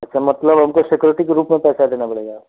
अच्छा मतलब हमको सिक्योरिटी के रूप में पैसा देना पड़ेगा